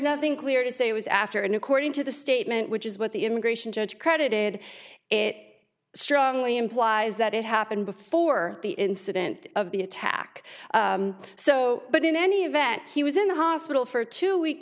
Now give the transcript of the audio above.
nothing clear to say was after and according to the statement which is what the immigration judge credited it strongly implies that it happened before the incident of the attack so but in any event he was in the hospital for two week